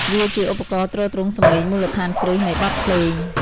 វាជាឧបករណ៍ទ្រទ្រង់សំឡេងមូលដ្ឋានគ្រឹះនៃបទភ្លេង។